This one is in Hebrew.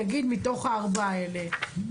נגיד מתוך הארבעה האלה,